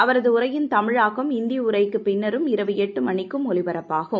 அவரது உரையின் தமிழாக்கம் இந்தி உரைக்குப் பின்னரும் இரவு எட்டு மணிக்கும் ஒலிபரப்பாகும்